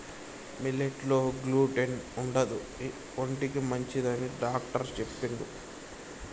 millet లో gluten ఉండదు ఒంటికి మంచిదని డాక్టర్ చెప్పిండు